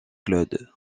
claude